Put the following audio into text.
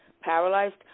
paralyzed